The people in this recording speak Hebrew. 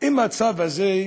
אם הצו הזה,